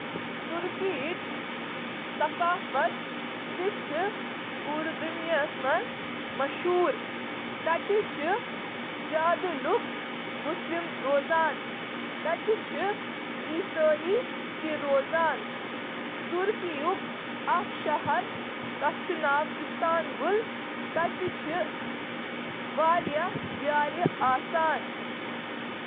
ترکی ہنٛز ثقافت چِھ مشرق تہٕ مغربُک امتزاج، یتھ منٛز سلطنت عثمانیہ، بازنطینی سلطنت، تہٕ قدیم اناطولین تہذیبن ہنٛد اثرات چِھ۔ ترکی کس ثقافتس منٛز چِھ فن تعمیر، کھین، لوک لباس، مذہب، آداب تہٕ باقی شٲمل۔